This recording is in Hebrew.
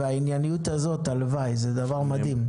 והענייניות הזאת זה דבר מדהים.